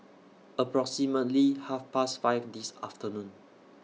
approximately Half Past five This afternoon